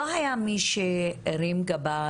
לא היה מי שהרים גבה?